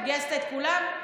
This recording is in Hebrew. גייסת את כולם?